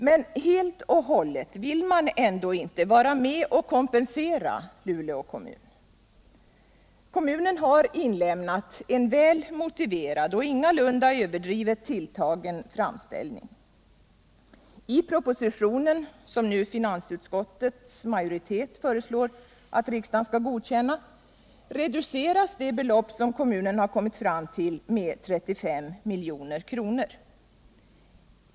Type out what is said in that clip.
Men helt och hållet vill man ändå inte vara med och kompensera Luleå kommun. Kommunen har inlämnat en väl motiverad och ingalunda överdrivet tilltagen framställning. I propositionen, som finansutskottets majoritet föreslår att riksdagen skall godkänna, reduceras det belopp som kommunen har kommit fram till med 35 milj.kr.